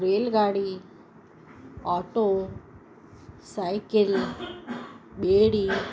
रेलगाड़ी auto cycle ॿेड़ी